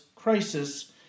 Crisis